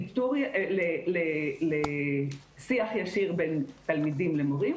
תורמים לשיח ישיר בין תלמידים למורים,